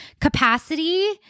capacity